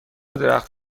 درخت